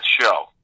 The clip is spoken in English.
show